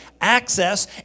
access